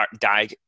die